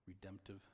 redemptive